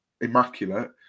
immaculate